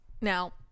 now